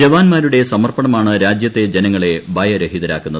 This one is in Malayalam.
ജവാന്മാരുടെ സമർപ്പണമാണ് രാജ്യത്തെ ജനങ്ങളെ ഭയരഹിതരാക്കുന്നത്